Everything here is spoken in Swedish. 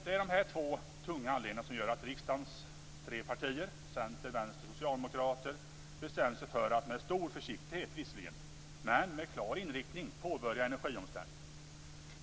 Det är dessa två tunga anledningar som gör att riksdagens tre partier - Centern, Vänstern och Socialdemokraterna - bestämt sig för att visserligen med stor försiktighet men med klar inriktning påbörja energiomställningen.